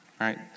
right